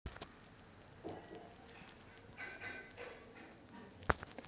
radio button वापरून लाभार्थीचे नाव निवडा, खात्यातून काढून टाकण्यासाठी डिलीट दाबा